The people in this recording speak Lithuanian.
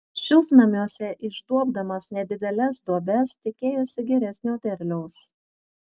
šiltnamiuose išduobdamas nedideles duobes tikėjosi geresnio derliaus